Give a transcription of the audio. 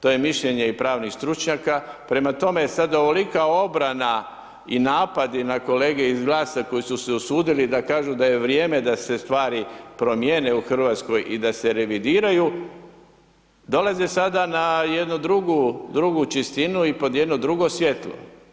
To je mišljenje i pravnih stručnjaka, prema tome, sada ovolika obrana i napadi na kolege iz GLAS-a koji su se usudili da kažu da je vrijeme da se stvari promijene u Hrvatskoj i da se revidiraju, dolaze sada na jednu drugu čistinu i pod jedno drugo svjetlo.